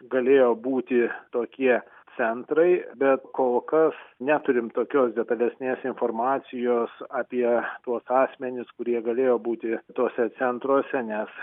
galėjo būti tokie centrai bet kol kas neturim tokios detalesnės informacijos apie tuos asmenis kurie galėjo būti tuose centruose nes